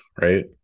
right